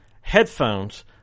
headphones